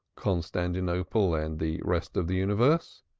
constantinople and the rest of the universe.